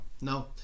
No